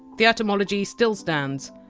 the etymology still stands.